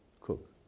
cook